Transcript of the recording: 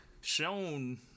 shown